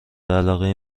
علاقه